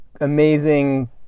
amazing